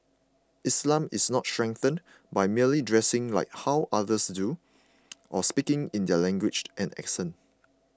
Islam is not strengthened by merely dressing like how others do or speaking in their language and accent